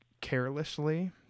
carelessly